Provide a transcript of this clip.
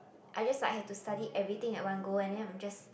I just like have to study everything at one go and then I'm just